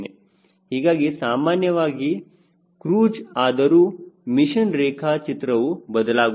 ಹೀಗಾಗಿ ಸಾಮಾನ್ಯವಾದ ಕ್ರೂಜ್ ಆದರೂ ಮಿಷಿನ್ ರೇಖಾ ಚಿತ್ರವು ಬದಲಾಗುತ್ತದೆ